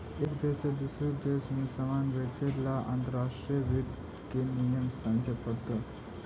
एक देश से दूसरे देश में सामान बेचे ला अंतर्राष्ट्रीय वित्त के नियम समझे पड़तो